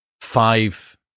five